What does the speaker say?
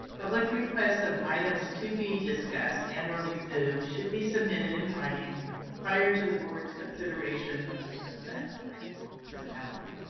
public requests of items to be discussed and or removed should be submitted in writing prior to the board's consideration of the consent item or calendar.